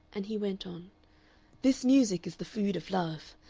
and he went on this music is the food of love.